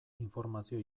informazio